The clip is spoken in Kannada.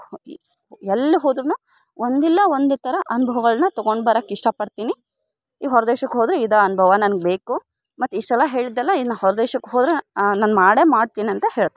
ಎ ಎಲ್ಲಿ ಹೋದ್ರೂ ಒಂದಿಲ್ಲ ಒಂದೇ ಥರ ಅನುಭವಗಳ್ನ ತಗೊಂಡು ಬರೋಕೆ ಇಷ್ಟಪಡ್ತೀನಿ ಈ ಹೊರ ದೇಶಕ್ಕೆ ಹೋದರೆ ಇದೇ ಅನುಭವ ನನ್ಗೆ ಬೇಕು ಮತ್ತು ಇಷ್ಟೆಲ್ಲ ಹೇಳಿದ್ದೆಲ್ಲ ಇನ್ನೂ ಹೊರ ದೇಶಕ್ಕೆ ಹೋದರೆ ನ ನಾನು ಮಾಡಿಯೇ ಮಾಡ್ತೀನಿ ಅಂತ ಹೇಳ್ತೀನಿ